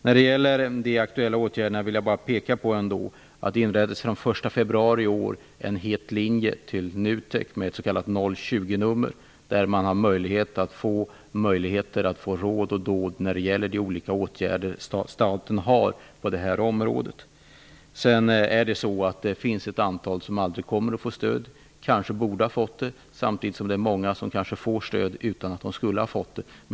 När det gäller de aktuella åtgärderna vill jag bara peka på att det den 1 februari i år inrättades en het linje till NUTEK med ett 020-nummer. Genom den kan man få möjlighet till råd och dåd från staten på det här området. Det är vidare så att ett antal som inte har fått stöd kanske borde ha fått det samtidigt som kanske många får stöd utan att de borde ha fått det.